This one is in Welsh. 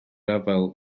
afael